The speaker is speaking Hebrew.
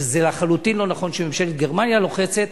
שזה לחלוטין לא נכון שממשלת גרמניה לוחצת,